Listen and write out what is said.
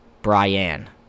Brian